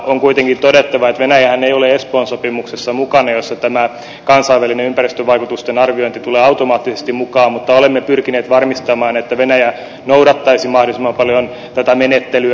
on kuitenkin todettava että venäjähän ei ole espoon sopimuksessa mukana jossa tämä kansainvälinen ympäristövaikutusten arviointi tulee automaattisesti mukaan mutta olemme pyrkineet varmistamaan että venäjä noudattaisi mahdollisimman paljon tätä menettelyä